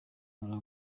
nkora